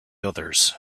others